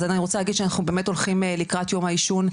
אז אני רוצה להגיד שאנחנו באמת הולכים לקראת יום העישון,